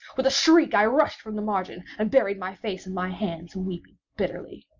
with a shriek, i rushed from the margin, and buried my face in my hands weeping bitterly.